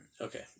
Okay